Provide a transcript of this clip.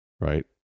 right